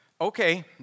Okay